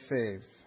saves